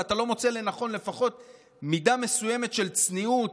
ואתה לא מוצא לנכון לפחות מידה מסוימת של צניעות,